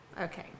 Okay